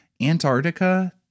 Antarctica